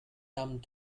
done